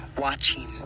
watching